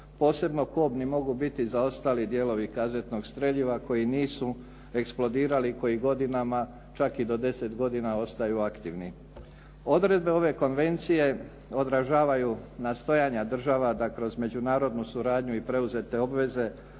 Posebno kobni mogu biti zaostali dijelovi kazetnog streljiva koji nisu eksplodirali, koji godinama, čak i do deset godina, ostaju aktivni. Odredbe ove Konvencije odražavaju nastojanja država da kroz međunarodnu suradnju i preuzete obveze